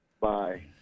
Bye